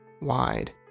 wide